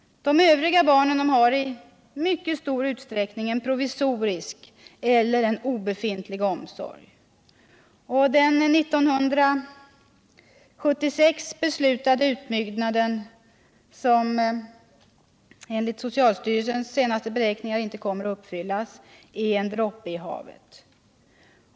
De övriga barnen har i mycket stor utsträckning en provisorisk eller en obefintlig omsorg. Den 1976 beslutade utbyggnaden, som enligt socialstyrelsens senaste beräkningar inte kommer att uppfyllas, är en droppe i havet.